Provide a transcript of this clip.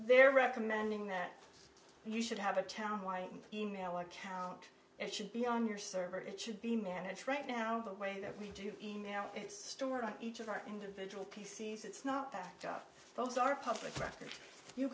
they're recommending that you should have a town my email account should be on your server it should be managed right now the way that we do email it's stored on each of our individual p c s it's not backed up those are public records you